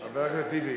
חבר הכנסת ביבי,